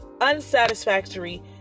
unsatisfactory